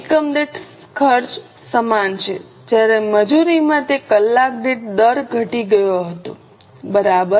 એકમ દીઠ ખર્ચ સમાન છે જ્યારે મજૂરીમાં તે કલાકદીઠ દર ઘટી ગયો હતો બરાબર